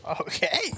Okay